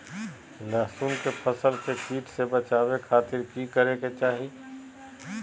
लहसुन के फसल के कीट से बचावे खातिर की करे के चाही?